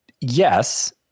yes